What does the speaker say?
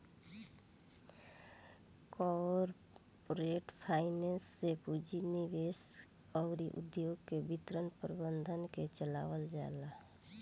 corporate finance से पूंजी निवेश अउर उद्योग के वित्त प्रबंधन के चलावल जाला